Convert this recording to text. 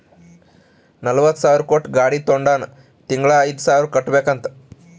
ನಲ್ವತ ಸಾವಿರ್ ಕೊಟ್ಟು ಗಾಡಿ ತೊಂಡಾನ ತಿಂಗಳಾ ಐಯ್ದು ಸಾವಿರ್ ಕಟ್ಬೇಕ್ ಅಂತ್